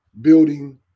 Building